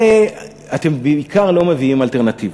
ואתם בעיקר לא מביאים אלטרנטיבות,